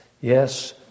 yes